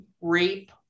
rape